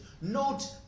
Note